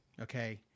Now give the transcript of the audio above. okay